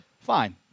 Fine